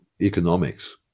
economics